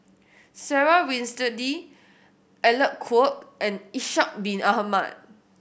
Sarah Winstedt Alec Kuok and Ishak Bin Ahmad